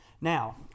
Now